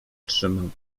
trzymam